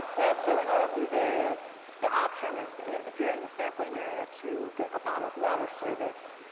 also, in all of these areas, the option is, if you're in the sampling area, to get a bottled water service,